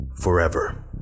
forever